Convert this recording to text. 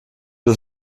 des